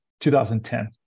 2010